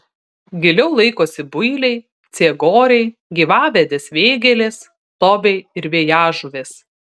giliau laikosi builiai ciegoriai gyvavedės vėgėlės tobiai ir vėjažuvės